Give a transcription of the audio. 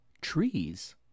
trees